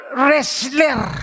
wrestler